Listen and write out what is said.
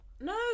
No